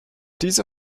diese